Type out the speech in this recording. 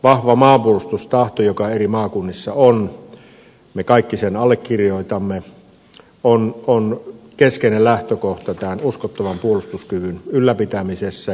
vahva maanpuolustustahto joka eri maakunnissa on me kaikki sen allekirjoitamme on keskeinen lähtökohta tämän uskottavan puolustuskyvyn ylläpitämisessä